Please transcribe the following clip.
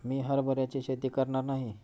मी हरभऱ्याची शेती करणार नाही